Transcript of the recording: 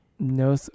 No